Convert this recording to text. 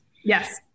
Yes